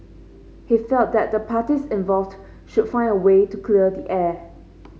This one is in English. he felt that the parties involved should find a way to clear the air